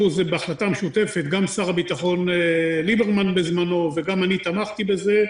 בהחלטה משותפת שר הביטחון ליברמן בזמנו וגם אני תמכתי בזה,